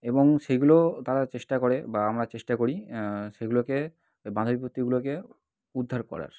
এবং সেগুলো তারা চেষ্টা করে বা আমরা চেষ্টা করি সেগুলোকে ওই বাধা বিপত্তিগুলোকে উদ্ধার করার